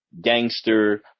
gangster